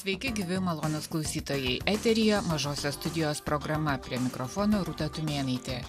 sveiki gyvi malonūs klausytojai eteryje mažosios studijos programa prie mikrofono rūta tumėnaitė